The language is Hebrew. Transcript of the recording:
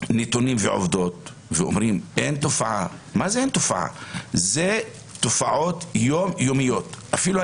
אבחנה על בסיס דת או לאום, זה פשוט לא נכון.